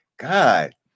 God